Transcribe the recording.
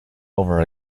over